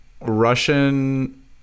russian